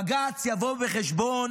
בג"ץ יבוא בחשבון